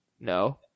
No